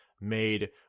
made